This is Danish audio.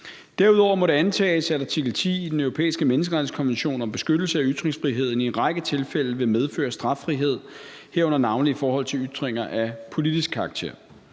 Derudover må det antages, at artikel 10 i Den Europæiske Menneskerettighedskonvention om beskyttelse af ytringsfriheden i en række tilfælde vil medføre straffrihed, herunder navnlig i forhold til ytringer af politisk karakter.